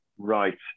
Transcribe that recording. Right